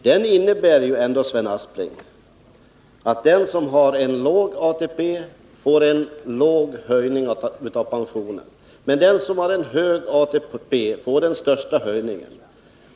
Det betyder, Sven Aspling, att den som har låg ATP också får en liten höjning av pensionen, medan den som har en hög ATP får en större pensionshöjning.